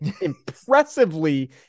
impressively